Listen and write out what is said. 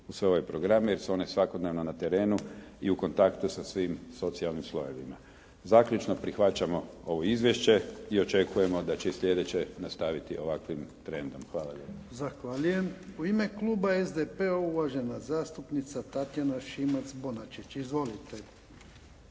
u sve ove programe jer su one svakodnevno na terenu i u kontaktu sa svim socijalnim slojevima. Zaključno, prihvaćamo ovo izvješće i očekujemo da će slijedeće nastaviti ovakvim trendom. Hvala